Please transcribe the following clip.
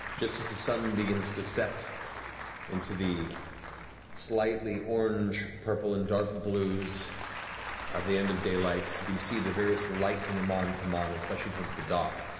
just as the sun begins to set into the slightly orange, purple, and dark blues of the end of daylight. you can see the various lights in emon come on, especially towards the dock,